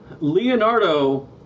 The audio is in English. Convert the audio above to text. Leonardo